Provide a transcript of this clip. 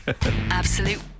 Absolute